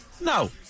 No